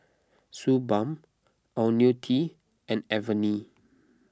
Suu Balm Ionil T and Avene